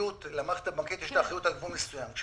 למערכת הבנקאית יש אחריות עד גבול מסוים.